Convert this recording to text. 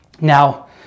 Now